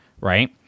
Right